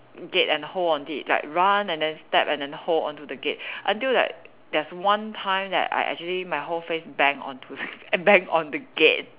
gate and hold on it like run and then step and then hold onto the gate until like there's one time that I actually my whole face bang onto bang on the gate